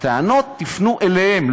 בטענות תפנו אליהם,